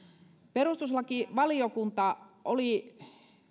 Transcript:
perustuslakivaliokunta oli